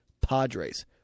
Padres